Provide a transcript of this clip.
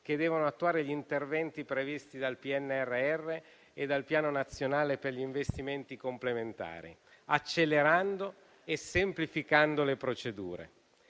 che devono attuare gli interventi previsti dal PNRR e dal Piano nazionale per gli investimenti complementari, accelerando e semplificando le procedure.